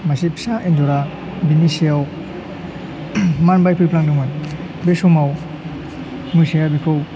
मासे फिसा एन्जरा बिनि सिगाङाव मानबाय फैफ्लांदोंमोन बे समाव मोसाया बिखौ